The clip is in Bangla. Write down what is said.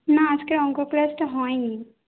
না আজকে অঙ্ক ক্লাসটা হয় নি